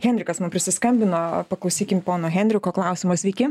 henrikas mum prisiskambino paklausykim pono henriko klausimo sveiki